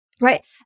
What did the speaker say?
right